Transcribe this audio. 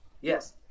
Yes